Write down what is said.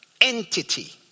entity